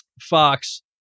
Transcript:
Fox